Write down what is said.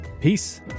Peace